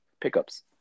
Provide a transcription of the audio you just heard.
pickups